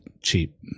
cheap